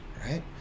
right